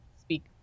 speak